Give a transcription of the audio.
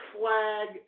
flag